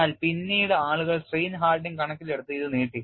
എന്നാൽ പിന്നീട് ആളുകൾ strain hardening കണക്കിലെടുത്ത് ഇത് നീട്ടി